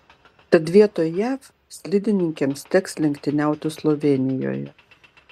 tad vietoj jav slidininkėms teks lenktyniauti slovėnijoje